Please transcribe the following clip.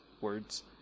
Words